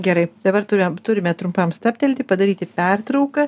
gerai dabar turim turime trumpam stabtelti padaryti pertrauką